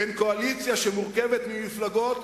בין קואליציה ואופוזיציה שמורכבת ממפלגות